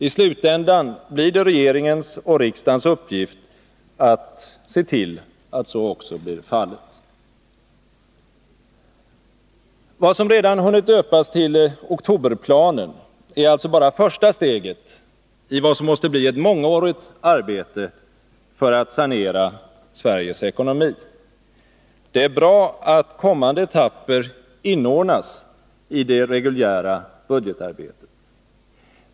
I slutändan blir det regeringens och riksdagens uppgift att se till att så också blir fallet. Vad som redan hunnit döpas till oktoberplanen är alltså bara första steget i vad som måste bli ett mångårigt arbete för att sanera Sveriges ekonomi. Det är bra att kommande etapper inordnas i det reguljära budgetarbetet.